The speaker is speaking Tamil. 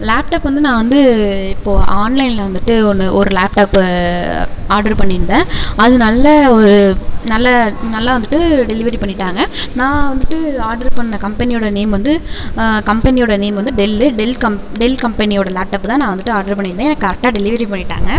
லேப்டப் வந்து நான் இப்போது ஆன்லைன்ல வந்துட்டு ஒன்று ஒரு லேப்டாப்பு ஆட்ரு பண்ணியிருந்தேன் அது நல்ல ஒரு நல்ல நல்லா வந்துட்டு டெலிவரி பண்ணிட்டாங்கள் நான் வந்துட்டு ஆட்ரு பண்ண கம்பெனியோட நேம் வந்து கம்பெனியோட நேம் வந்து டெல்லு டெல் கம் டெல் கம்பெனியோட லேப்டப்பு தான் நான் வந்துட்டு ஆட்ரு ஆட்ரு பண்ணியிருந்தேன் எனக்கு கரெக்டாக டெலிவரி பண்ணிட்டாங்கள்